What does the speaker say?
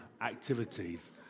activities